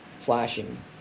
flashing